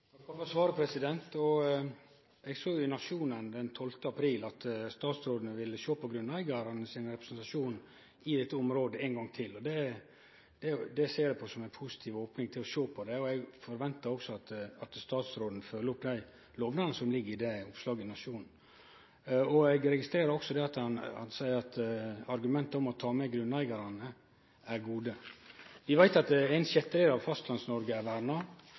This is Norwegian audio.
Eg så i Nationen den 12. april at statsråden ville sjå på grunneigarane sin representasjon i dette området ein gong til. Det ser eg på som ei positiv opning til å sjå på det, og eg forventar òg at statsråden følgjer opp dei lovnadane som ligg i oppslaget i Nationen. Eg registrerar òg at han seier at argumenta om å ta med grunneigarane er gode. Vi veit at ein sjettedel av Fastlands-Noreg er verna,